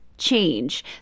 Change